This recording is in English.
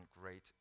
great